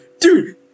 dude